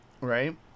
Right